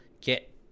get